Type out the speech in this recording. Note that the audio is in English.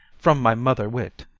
from my mother-wit.